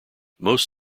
most